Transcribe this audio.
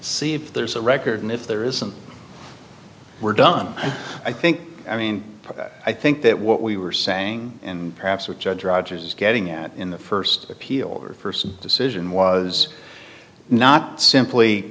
see if there's a record and if there isn't we're done i think i mean i think that what we were saying and perhaps with judge drives is getting at in the first appeal or first decision was not simply